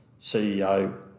CEO